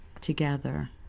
together